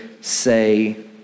say